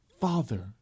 Father